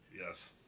Yes